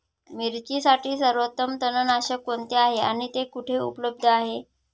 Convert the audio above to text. मिरचीसाठी सर्वोत्तम तणनाशक कोणते आहे आणि ते कुठे उपलब्ध आहे?